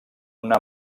una